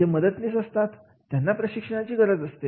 जे मदतनीस असतात त्यांना प्रशिक्षणाची गरज असते